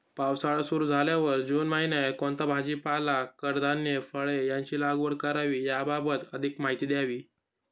पावसाळा सुरु झाल्यावर जून महिन्यात कोणता भाजीपाला, कडधान्य, फळे यांची लागवड करावी याबाबत अधिक माहिती द्यावी?